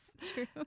True